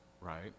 right